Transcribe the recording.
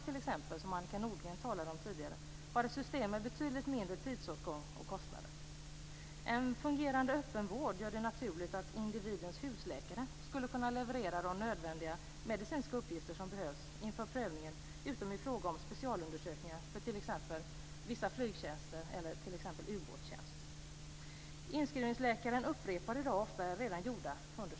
T.ex. har Danmark, som Annika Nordgren tidigare talade om, ett system med betydligt mindre tidsåtgång och kostnader. En fungerande öppenvård gör det naturligt att individens husläkare skulle kunna leverera de nödvändiga medicinska uppgifter som behövs inför prövningen utom i fråga om specialundersökningar för t.ex. vissa flygtjänster eller ubåtstjänst. Inskrivningsläkaren upprepar i dag ofta redan gjorda undersökningar.